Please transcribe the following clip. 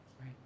right